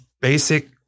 basic